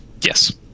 Yes